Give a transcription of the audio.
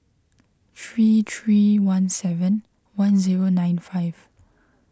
three three one seven one zero nine five